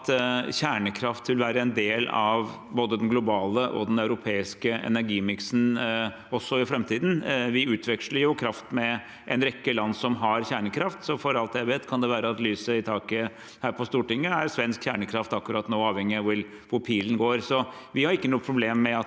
at kjernekraft vil være en del av både den globale og den europeiske energimiksen også i framtiden. Vi utveksler jo kraft med en rekke land som har kjernekraft. For alt jeg vet, kan lyset i taket her på Stortinget akkurat nå være fra svensk kjernekraft, avhengig av hvor pilen går. Vi har ikke noe problem med at